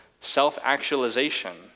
self-actualization